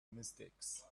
mistakes